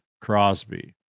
Crosby